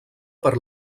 per